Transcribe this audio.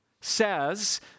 says